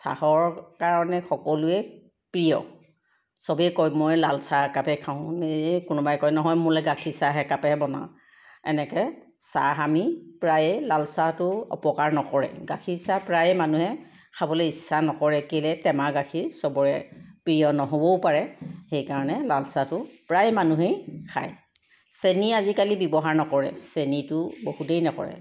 চাহৰ কাৰণে সকলোৱেই প্ৰিয় চবেই কয় মই লাল চাহ একাপেই খাওঁ এই কোনোবাই কয় নহয় মোলৈ গাখীৰ চাহ এপাকেই বনাওক এনেকৈ চাহ আমি প্ৰায়ে লাল চাহটো অপকাৰ নকৰে গাখীৰ চাহ প্ৰায়ে মানুহে খাবলৈ ইচ্ছা নকৰে কেলৈ টেমা গাখীৰ চবৰে প্ৰিয় নহ'বও পাৰে সেইকাৰণে লাল চাহটো প্ৰায় মানুহেই খায় চেনি আজিকালি ব্যৱহাৰ নকৰে চেনিটো বহুতেই নকৰে